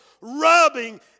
rubbing